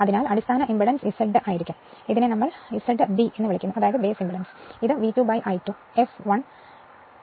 അതിനാൽ അടിസ്ഥാന impedance Z ആയിരിക്കും ബേസ് ഇംപെഡൻസ് ചെയ്യുമ്പോൾ അതിനെ Z B എന്ന് വിളിക്കുന്നു ഇത് V2 I2 fl ആയിരിക്കും